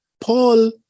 Paul